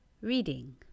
reading